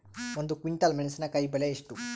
ಒಂದು ಕ್ವಿಂಟಾಲ್ ಮೆಣಸಿನಕಾಯಿ ಬೆಲೆ ಎಷ್ಟು?